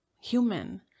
human